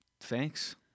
thanks